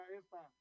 esta